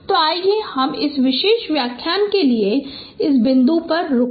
तो आइए हम इस विशेष व्याख्यान के लिए इस बिंदु पर रुकें